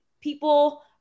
people